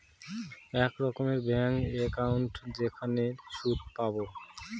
এক রকমের bank account যেখানে সুদ পাবো